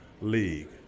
league